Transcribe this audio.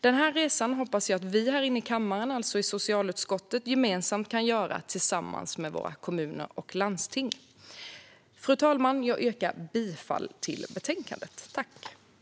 Den resan hoppas jag att vi här inne i kammaren och i socialutskottet gemensamt kan göra tillsammans med våra kommuner och landsting. Fru talman! Jag yrkar bifall till utskottets förslag.